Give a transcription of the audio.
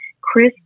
Chris